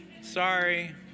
Sorry